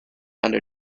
under